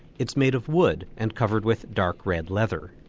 it's made of wood and covered with dark red leather.